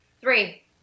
Three